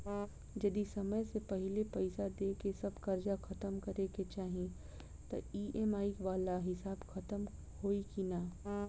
जदी समय से पहिले पईसा देके सब कर्जा खतम करे के चाही त ई.एम.आई वाला हिसाब खतम होइकी ना?